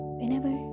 whenever